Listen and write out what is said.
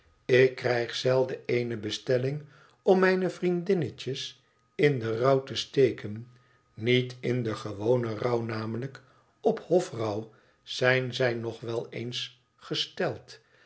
ik krijg zelden eene bestelling om mijne vriendinnetjes in den rouw te steken niet in den gewonen rouw namelijk op hofrouw zijn zij nog wel eens gesteld